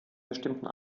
bestimmten